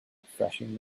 refreshing